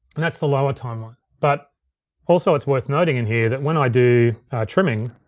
and that's the lower timeline. but also it's worth noting in here, that when i do trimming,